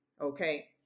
Okay